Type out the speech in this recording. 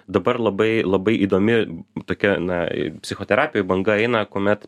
dabar labai labai įdomi tokia na psichoterapijoj banga eina kuomet